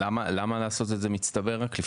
למה לעשות את זה מצטבר רק?